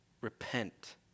repent